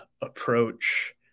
approach